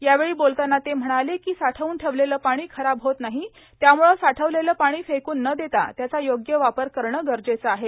यावेळी बोलताना ते म्हणाले की साठवून ठेवलेलं पाणी खराब होत नाही त्यामुळं साठवलेलं पाणी फेकून न देता त्याचा योग्य वापर करणं गरजेचं आहे